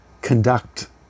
conduct